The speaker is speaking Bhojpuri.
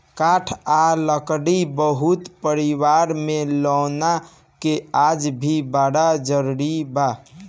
काठ आ लकड़ी बहुत परिवार में लौना के आज भी बड़ा जरिया बा